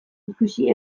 ikusi